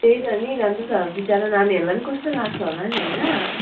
त्यही त नि अन्त त बिचारा नानीहरूलाई पनि कस्तो लाग्छ होला नि होइन